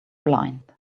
blind